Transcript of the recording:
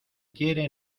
quiere